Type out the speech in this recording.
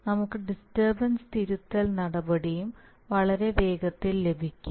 നമുക്ക് ഡിസ്റ്റർബൻസ് തിരുത്തൽ നടപടിയും വളരെ വേഗത്തിൽ ലഭിക്കും